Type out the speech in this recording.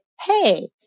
hey